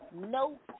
nope